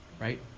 right